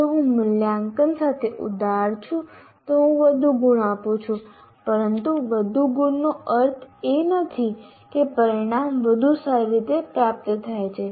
જો હું મૂલ્યાંકન સાથે ઉદાર છું તો હું વધુ ગુણ આપું છું પરંતુ વધુ ગુણનો અર્થ એ નથી કે પરિણામ વધુ સારી રીતે પ્રાપ્ત થાય છે